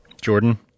Jordan